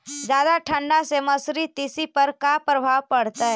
जादा ठंडा से मसुरी, तिसी पर का परभाव पड़तै?